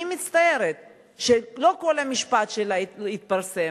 אני מצטערת שלא כל המשפט שלה התפרסם,